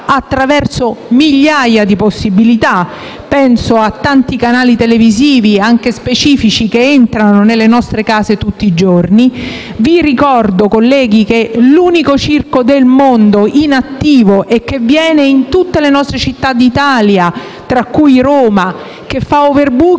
attraverso migliaia di possibilità (penso a tanti canali televisivi, anche specifici, che entrano nelle nostre case tutti i giorni). Vi ricordo, colleghi, che l'unico circo del mondo in attivo che viene in tutte le città d'Italia, tra cui Roma, che fa *overbooking*